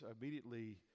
immediately